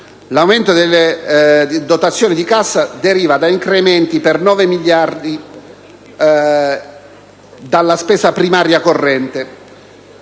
L'aumento delle dotazioni di cassa deriva da incrementi per 9.385 milioni della spesa primaria corrente